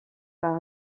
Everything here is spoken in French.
par